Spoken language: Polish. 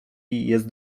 jest